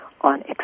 on